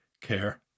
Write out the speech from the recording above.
care